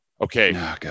Okay